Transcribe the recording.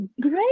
Great